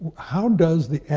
how does the,